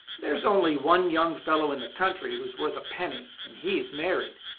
there is only one young fellow in the country who is worth a penny, and he is married.